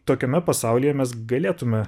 tokiame pasaulyje mes galėtume